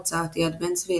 הוצאת יד בן צבי,